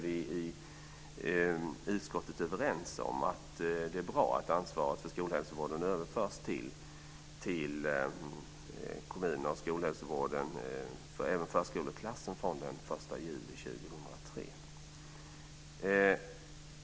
Vi är utskottet överens om att det är bra att ansvaret för skolhälsovården också för förskoleklassen överförs till kommunerna den 1 juli 2003.